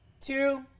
two